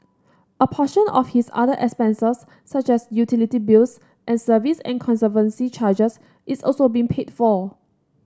a portion of his other expenses such as utility bills and service and conservancy charges is also being paid for